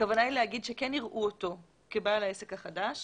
הכוונה היא לומר שכן יראו אותו כבעל העסק החדש